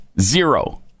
Zero